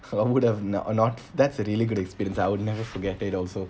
I would have not uh not that's a really good experience I would never forget it also